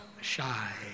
shy